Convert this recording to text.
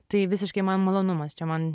tai visiškai man malonumas čia man